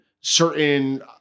certain